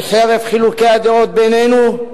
שחרף חילוקי הדעות בינינו,